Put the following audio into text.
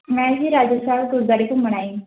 ਮੈਂ ਜੀ ਰਾਜਾ ਸਾਹਿਬ ਗੁਰਦੁਆਰੇ ਘੁੰਮਣ ਆਈ